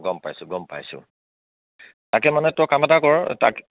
গম পাইছোঁ গম পাইছোঁ তাকে মানে তই কাম এটা কৰ তাক